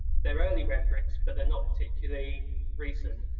they're early red bricks, but they're not particularly recent.